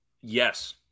Yes